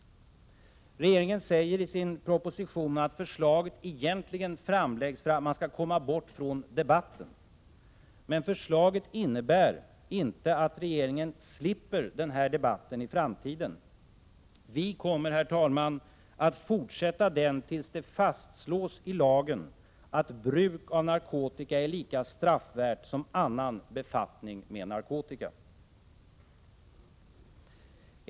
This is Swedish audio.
Regeringen säger i sin proposition att förslaget egentligen framläggs för att komma bort från debatten. Men förslaget innebär inte att regeringen slipper den här debatten i framtiden. Vi kommer, herr talman, att fortsätta den tills det fastslås i lagen att bruk av narkotika är lika straffvärt som annan befattning med narkotika.